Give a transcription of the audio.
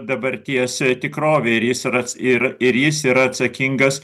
dabarties tikrove ir jis yra ir ir jis yra atsakingas